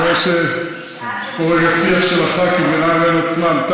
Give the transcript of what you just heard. אני רואה שיש פה רגע שיח של הח"כים בינם לבין עצמם,